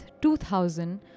2000